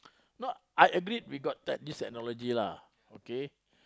not I agree we got te~ this technology lah okay